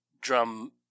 drum